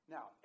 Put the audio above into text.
Now